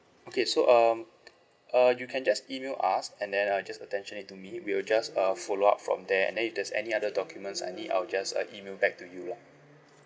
okay so um uh you can just email us and then uh just attention it to me we'll just uh follow up from there and then if there's any other documents I need I'll just uh email back to you lah